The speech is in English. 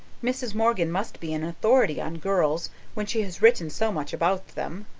mrs. morgan must be an authority on girls when she has written so much about them,